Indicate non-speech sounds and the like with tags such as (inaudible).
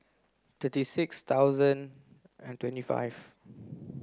thirty six thousand and twenty five (noise)